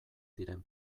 diren